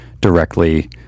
directly